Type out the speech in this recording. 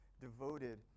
devoted